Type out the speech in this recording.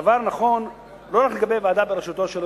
הדבר נכון לא רק לגבי הוועדה בראשותו של